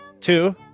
Two